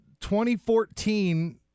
2014